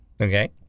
Okay